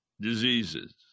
diseases